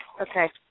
Okay